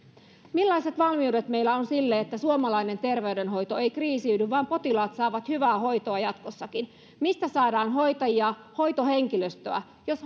millaiset valmiudet meillä on sille että suomalainen terveydenhoito ei kriisiydy vaan potilaat saavat hyvää hoitoa jatkossakin mistä saadaan hoitajia hoitohenkilöstöä jos